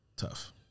tough